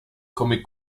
come